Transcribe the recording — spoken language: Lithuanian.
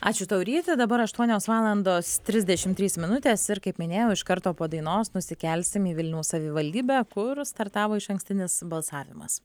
ačiū tau ryti dabar aštuonios valandos trisdešimt trys minutės ir kaip minėjau iš karto po dainos nusikelsim į vilniaus savivaldybę kur startavo išankstinis balsavimas